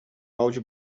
balde